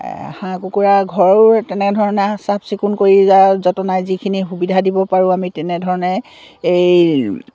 হাঁহ কুকুৰা ঘৰো তেনেধৰণে চাফ চিকুণ কৰি যা যতনাই যিখিনি সুবিধা দিব পাৰোঁ আমি তেনেধৰণে এই